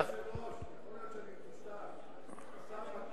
אדוני היושב-ראש, יכול להיות שאני מטושטש,